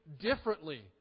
differently